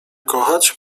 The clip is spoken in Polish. kochać